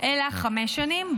אלא חמש שנים.